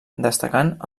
destacant